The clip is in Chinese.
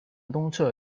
东侧